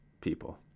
people